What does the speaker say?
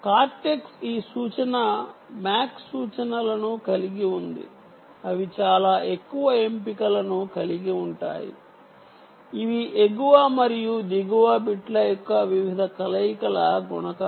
cortex ఈ సూచన MAC సూచనలను కలిగి ఉంది అవి చాలా ఎక్కువ ఎంపికలను కలిగి ఉంటాయి ఇవి ఎగువ మరియు దిగువ బిట్ల యొక్క వివిధ కలయికల గుణకారం